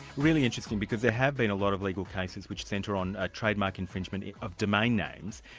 really interesting, because there had been a lot of legal cases which centre on trademark infringement of domain names,